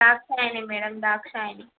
Dakshayani madam Dakshayani